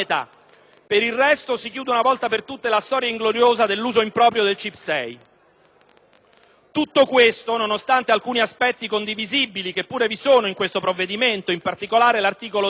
per il resto, si chiuda una volta per tutte la storia ingloriosa dell'uso improprio degli incentivi CIP6. Nonostante alcuni aspetti condivisibili, che pure vi sono in questo provvedimento, in particolare l'articolo 3,